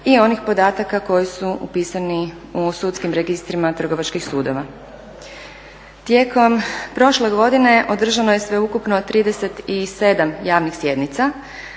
i onih podataka koji su upisani u sudskim registrima trgovačkih sudova. Tijekom prošle godine održano je sveukupno 37 javnih sjednica